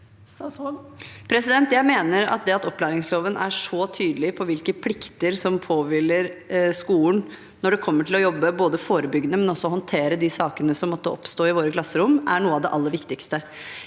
Jeg mener at det at opplæringsloven er så tydelig på hvilke plikter som påhviler skolen når det gjelder både å jobbe forebyggende og å håndtere de sakene som måtte oppstå i våre klasserom, er noe av det aller viktigste.